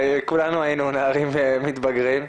כולנו היינו נערים ומתבגרים.